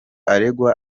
aregwa